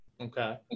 Okay